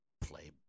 play